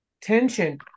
tension